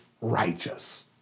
righteous